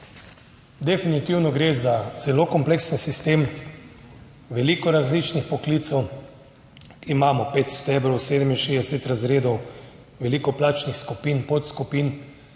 Definitivno gre za zelo kompleksen sistem, veliko različnih poklicev, imamo 5 stebrov, 67 razredov, veliko plačnih skupin, podskupin